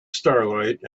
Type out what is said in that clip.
starlight